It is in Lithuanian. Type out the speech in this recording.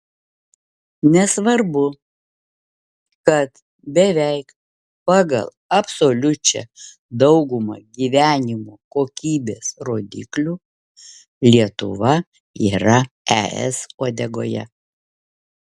nesvarbu kad beveik pagal absoliučią daugumą gyvenimo kokybės rodiklių lietuva yra es uodegoje